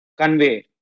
convey